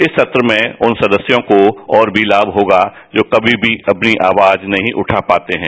इस सत्र में उन सदस्यों को और भी लाम होगा जो कभी भी अपनी आवाज नहीं उठा पाते हैं